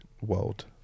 world